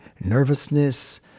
nervousness